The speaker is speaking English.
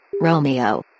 Romeo